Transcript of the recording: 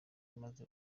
maze